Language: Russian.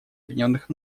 объединенных